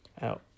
Out